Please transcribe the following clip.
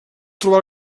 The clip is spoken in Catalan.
trobar